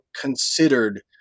considered